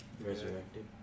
resurrected